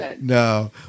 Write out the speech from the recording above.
no